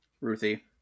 Ruthie